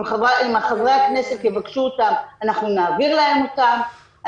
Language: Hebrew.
אם חברי הכנסת יבקשו אותם אנחנו נעביר להם אותם.